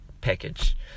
package